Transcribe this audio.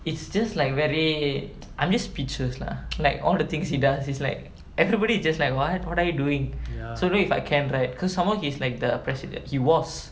it's just like very I'm just speechless lah like all the things he does is like everybody just like what what are you doing so if I can right because somemore he's like the president he was